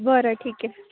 बरं ठीक आहे